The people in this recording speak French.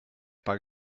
pas